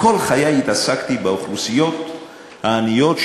כל חיי עסקתי באוכלוסיות העניות,